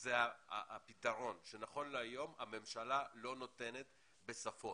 זה הפתרון שנכון להיום הממשלה לא נותנת בשפות.